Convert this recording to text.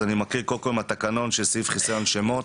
אז אני מקראי קודם כל מהתקנון של סעיף חיסיון שמות.